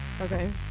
Okay